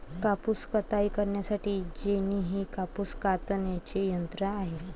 कापूस कताई करण्यासाठी जेनी हे कापूस कातण्याचे यंत्र आहे